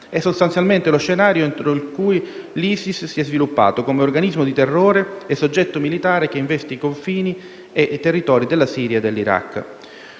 È sostanzialmente lo scenario entro il cui l'ISIS si è sviluppato, come organismo di terrore e soggetto militare che investe i confini e i territori della Siria e dell'Iraq.